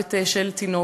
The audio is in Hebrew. במוות של תינוק.